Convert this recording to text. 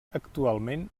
actualment